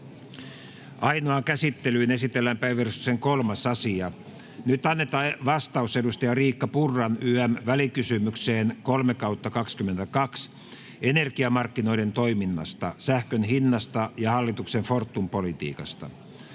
Ainoaan käsittelyyn esitellään päiväjärjestyksen 3. asia. Nyt annetaan vastaus edustaja Riikka Purran ym. välikysymykseen VK 3/2022 vp energiamarkkinoiden toiminnasta, sähkön hinnasta ja hallituksen Fortum-politiikasta.